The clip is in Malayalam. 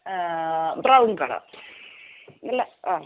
ബ്രൗൺ കളർ അല്ല അഹ്